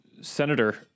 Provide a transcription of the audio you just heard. Senator